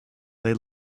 they